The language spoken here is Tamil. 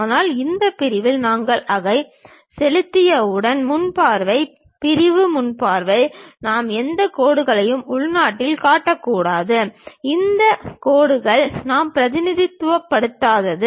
ஆனால் இந்த பிரிவில் நாங்கள் அதை செயல்படுத்தியவுடன் முன் பார்வை பிரிவு முன் பார்வை நாம் எந்த கோடுகளையும் உள்நாட்டில் காட்டக்கூடாது இந்த கோடு கோடுகள் நாம் பிரதிநிதித்துவப்படுத்தாது